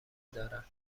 دارند